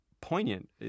poignant